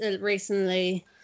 recently